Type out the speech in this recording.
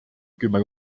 kümme